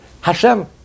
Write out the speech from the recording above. Hashem